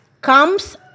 comes